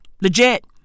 Legit